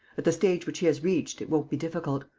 at the stage which he has reached, it won't be difficult.